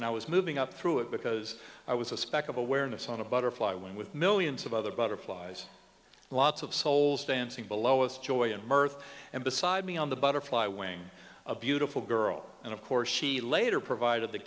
and i was moving up through it because i was a speck of awareness on a butterfly wing with millions of other butterflies lots of souls dancing below us joy and mirth and beside me on the butterfly wing a beautiful girl and of course she later provided the